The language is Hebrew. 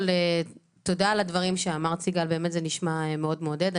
תודה על הדברים שאמרת, זה נשמע מאוד מעודד.